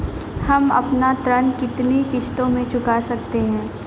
हम अपना ऋण कितनी किश्तों में चुका सकते हैं?